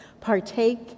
partake